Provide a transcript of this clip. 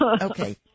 okay